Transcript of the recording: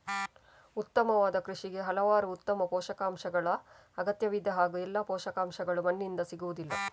ಉತ್ತಮವಾದ ಕೃಷಿಗೆ ಹಲವಾರು ಉತ್ತಮ ಪೋಷಕಾಂಶಗಳ ಅಗತ್ಯವಿದೆ ಹಾಗೂ ಎಲ್ಲಾ ಪೋಷಕಾಂಶಗಳು ಮಣ್ಣಿನಿಂದ ಸಿಗುವುದಿಲ್ಲ